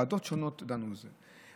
ועדות שונות דנו בזה.